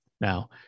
Now